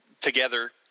together